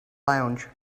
lounge